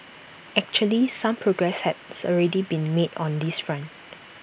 actually some progress has already been made on this front